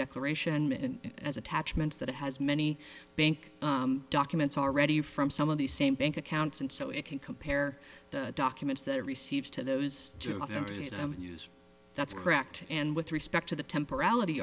declaration and as attachments that it has many bank documents already from some of the same bank accounts and so it can compare the documents that receives to those two areas that's correct and with respect to the tempora